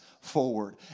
forward